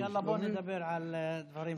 יאללה, בוא ונדבר על דברים אחרים.